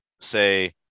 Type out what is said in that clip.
say